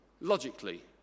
logically